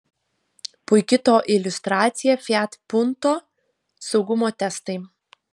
puiki to iliustracija fiat punto saugumo testai